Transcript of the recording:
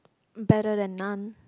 better than none